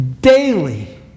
daily